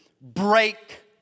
Break